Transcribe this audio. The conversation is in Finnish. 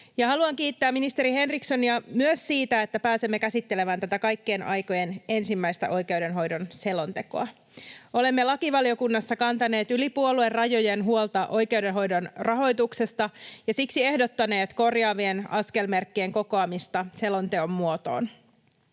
Haluan kiittää ministeri Henrikssonia ja myös siitä, että pääsemme käsittelemään tätä kaikkien aikojen ensimmäistä oikeudenhoidon selontekoa. Olemme lakivaliokunnassa kantaneet yli puoluerajojen huolta oikeudenhoidon rahoituksesta ja siksi ehdottaneet korjaavien askelmerkkien kokoamista selonteon muotoon.